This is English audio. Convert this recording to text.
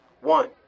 One